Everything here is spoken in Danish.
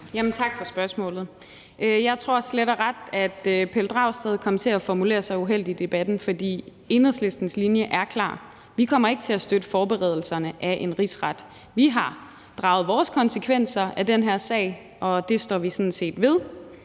Tak for spørgsmålet. Jeg tror slet og ret, at Pelle Dragsted kom til at formulere sig uheldigt i Debatten, for Enhedslistens linje er klar: Vi kommer ikke til at støtte forberedelserne af en rigsret. Vi har draget vores konsekvenser af den her sag, og det står vi ved, og jeg